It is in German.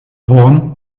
horn